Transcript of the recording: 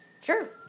Sure